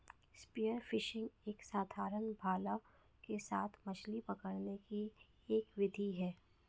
spear fishing एक साधारण भाला के साथ मछली पकड़ने की एक विधि है